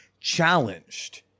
challenged